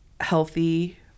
healthy